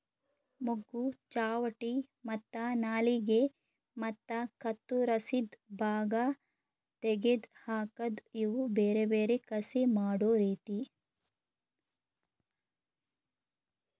ಮೊಗ್ಗು, ಚಾವಟಿ ಮತ್ತ ನಾಲಿಗೆ ಮತ್ತ ಕತ್ತುರಸಿದ್ ಭಾಗ ತೆಗೆದ್ ಹಾಕದ್ ಇವು ಬೇರೆ ಬೇರೆ ಕಸಿ ಮಾಡೋ ರೀತಿ